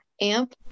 amp